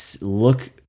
look